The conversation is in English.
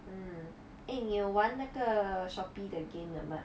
mm 你有玩那个 Shopee 的 game 的吗